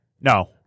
No